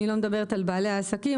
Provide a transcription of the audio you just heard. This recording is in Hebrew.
אני לא מדברת על בעלי העסקים,